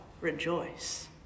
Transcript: rejoice